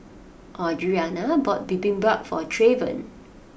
Audrianna bought Bibimbap for Trayvon